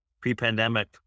Pre-pandemic